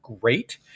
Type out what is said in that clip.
great